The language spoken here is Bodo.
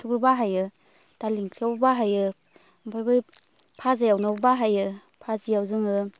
बेखौबो बाहायो दालि ओंख्रिआवबो बाहायो ओमफ्राय बै भाजा एवनायावबो बाहायो भाजिआव जोङो